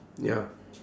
ya